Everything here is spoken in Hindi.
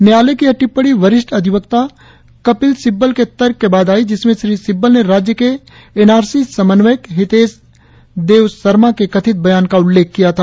न्यायालय की यह टिप्पणी वरिष्ठ अधिवक्ता कपिल सिब्बल के तर्क के बाद आई जिसमें श्री सिब्बल ने राज्य के एन आर सी समन्वयक हितेश देव सरमा के कथित बयान का उल्लेख किया था